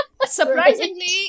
surprisingly